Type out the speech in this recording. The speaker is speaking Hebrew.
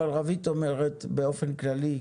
אבל רוית אומרת באופן כללי,